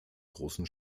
großen